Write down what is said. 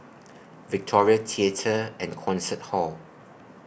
Victoria Theatre and Concert Hall